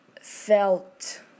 felt